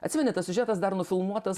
atsimeni tas siužetas dar nufilmuotas